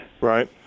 Right